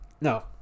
no